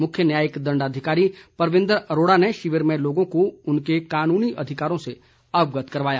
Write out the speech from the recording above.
मुख्य न्यायिक दण्डाधिकारी परविंदर अरोड़ा ने शिविर लोगों को उनके कानूनी अधिकारों से अवगत करवाया